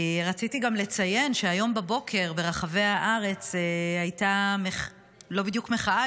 רציתי גם לציין שהיום בבוקר ברחבי הארץ הייתה לא בדיוק מחאה,